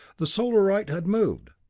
the solarite had moved.